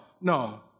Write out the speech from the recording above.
no